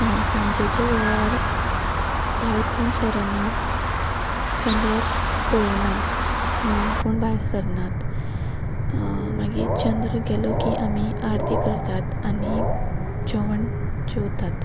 सांजेच्या वेळार भायर कोण सरनात चंद्राक पळयनात म्हणून कोण भायर सरनात मागीर चंद्र गेलो की आमी आरती करतात आनी जेवण जेवतात